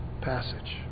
passage